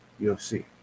UFC